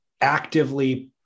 actively